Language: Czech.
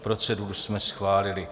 Proceduru jsme schválili.